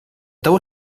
того